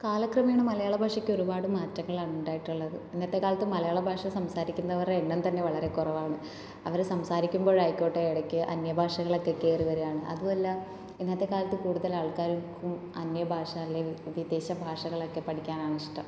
കാലക്രമേണ മലയാള ഭാഷയ്ക്ക് ഒരുപാട് മാറ്റങ്ങളാണ് ഉണ്ടായിട്ടുള്ളത് ഇന്നത്തെ കാലത്ത് മലയാളഭാഷ സംസാരിക്കുന്നവരുടെ എണ്ണം തന്നെ വളരെ കുറവാണ് അവർ സംസാരിക്കുമ്പോൾ ആയിക്കോട്ടെ ഇടയ്ക്ക് അന്യഭാഷകൾ ഒക്കെ കേറി വരികയാണ് അതുമല്ല ഇന്നത്തെ കാലത്ത് കൂടുതൽ ആൾക്കാരും അന്യഭാഷ അല്ലെങ്കിൽ വിദേശ ഭാഷകളൊക്കെ പഠിക്കാനാണ് ഇഷ്ടം